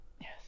Yes